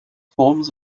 forms